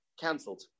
cancelled